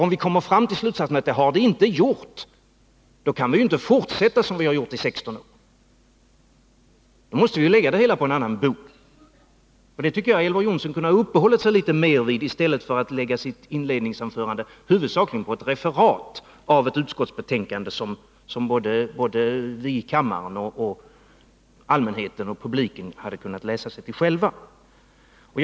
Om vi kommer fram tillslutsatsen, att de inte har gjort det, då kan vi ju inte fortsätta som vi nu har gjort i 16 år, utan då måste vi lägga det hela på en annan bog. Det tycker jag att Elver Jonsson kunde ha uppehållit sig vid litet mer i stället för att huvudsakligen göra sitt inledningsanförande till ett referat av ett utskottsbetänkande som vi hade kunnat läsa oss till själva — både vi i kammaren, publiken och allmänheten.